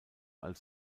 als